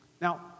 Now